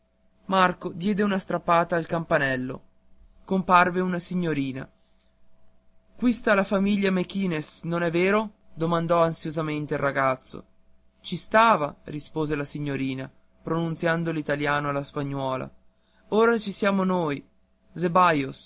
marco diede una strappata al campanello comparve una signorina qui sta la famiglia mequinez non è vero domandò ansiosamente il ragazzo ci stava rispose la signorina pronunziando l'italiano alla spagnuola ora ci stiamo noi